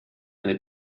eine